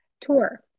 tour